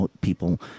people